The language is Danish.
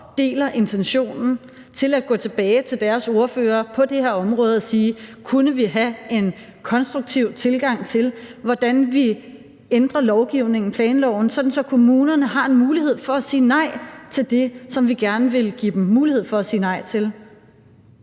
deler intentionen, til at gå tilbage til deres ordførere på det her område og sige, at kunne vi have en konstruktiv tilgang til, hvordan vi ændrer lovgivningen, planloven, så kommunerne har en mulighed for at sige nej til det, som vi gerne vil give dem mulighed for at sige nej til,